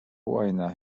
łajna